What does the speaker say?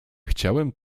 chciałem